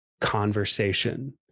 conversation